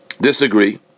disagree